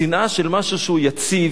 השנאה של משהו שהוא יציב,